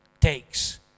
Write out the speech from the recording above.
takes